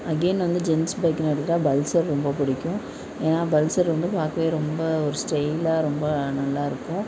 again வந்து gents பைக்குன்னு எடுத்துட்டால் பல்சர் ரொம்ப பிடிக்கும் ஏன்னா பல்சர் வந்து பார்க்கவே ரொம்ப ஒரு ஸ்டைலாக ரொம்ப நல்லாயிருக்கும்